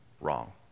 wrong